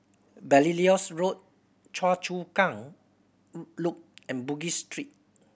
Belilios Road Choa Chu Kang Loop and Bugis Street